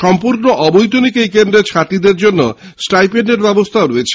সম্পূর্ণ অবৈতনিক এই কেন্দ্রে ছাত্রীদের জন্য স্টাইপেন্ডের ব্যবস্থাও রয়েছে